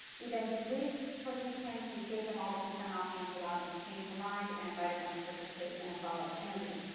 we then debriefed participants. we showed them all the consent options, allowed them to change their minds and invited them to participate in a follow up interview.